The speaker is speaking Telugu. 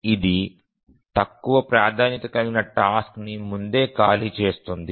ఇది తక్కువ ప్రాధాన్యత కలిగిన టాస్క్ ని ముందే ఖాళీ చేస్తుంది